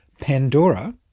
Pandora